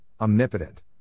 omnipotent